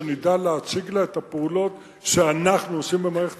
שנדע להציג לה את הפעולות שאנחנו עושים במערכת